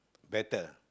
better